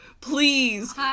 Please